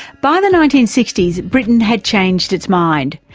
by the nineteen sixty s, britain had changed its mind.